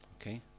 Okay